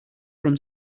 from